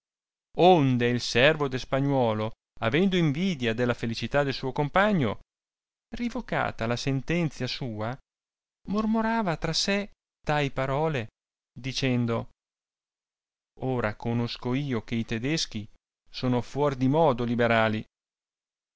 onde il servo del spagnuolo avendo invidia della felicità del suo compagno rivocata la sentenzia sua mormorava tra sé tai parole dicendo ora conosco io che i tedeschi sono fuor di modo liberali